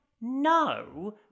no